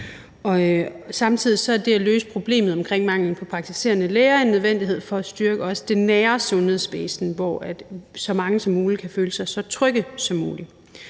Samtidig er det at løse problemet med manglen på praktiserende læger en nødvendighed for også at styrke det nære sundhedsvæsen, hvor så mange som muligt kan føle sig så trygge som muligt.